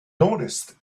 noticed